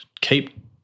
Keep